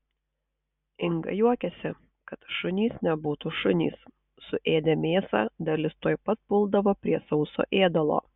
inga juokiasi kad šunys nebūtų šunys suėdę mėsą dalis tuoj pat puldavo prie sauso ėdalo